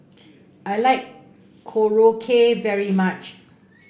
I like Korokke very much